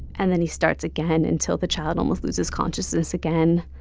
and then he starts again until the child almost loses consciousness again.